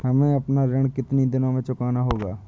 हमें अपना ऋण कितनी दिनों में चुकाना होगा?